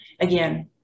again